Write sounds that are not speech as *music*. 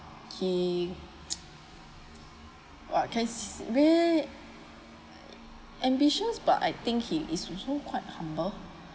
he *noise* !wah! can see where ambitious but I think he is also quite humble